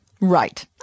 Right